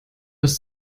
als